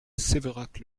sévérac